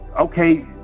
okay